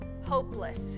hopeless